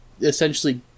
essentially